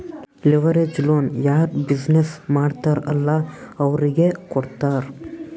leverage loan ಯಾರ್ business ಮಾಡ್ತಾರ್ ಅಲ್ಲಾ ಅವ್ರಿಗೆ ಕೊಡ್ತಾರ್